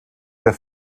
der